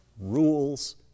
rules